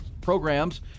programs